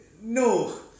No